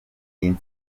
iyi